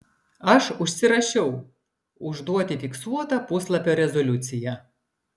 aš užsirašiau užduoti fiksuotą puslapio rezoliuciją